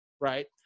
right